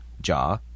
jaw